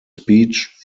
speech